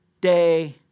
day